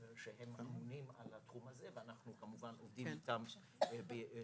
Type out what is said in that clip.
שאמונים על התחום הזה ואנחנו כמובן עובדים איתם ביחד.